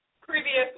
previous